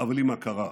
אבל עם הכרה,